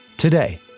Today